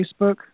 Facebook